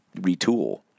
retool